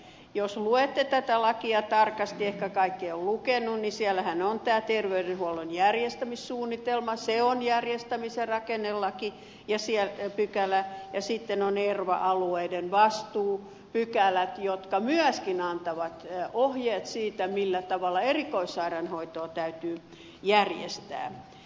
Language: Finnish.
jos luette tätä lakia tarkasti ehkä kaikki eivät ole lukeneet niin siellähän on tämä terveydenhuollon järjestämissuunnitelma se on järjestämis ja rakennepykälä ja sitten on erva alueiden vastuupykälät jotka myöskin antavat ohjeet siitä millä tavalla erikoissairaanhoitoa täytyy järjestää